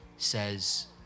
Says